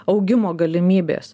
augimo galimybės